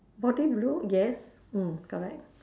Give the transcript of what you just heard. body blue yes mm correct